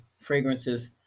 Fragrances